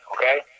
okay